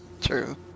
true